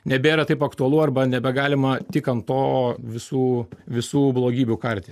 nebėra taip aktualu arba nebegalima tik ant to visų visų blogybių karti